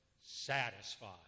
satisfied